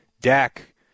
Dak